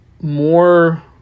more